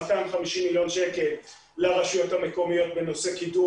250 מיליון שקל לרשויות המקומיות בנושא קידום